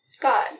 God